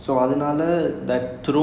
oh physically weak lah